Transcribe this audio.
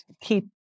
keep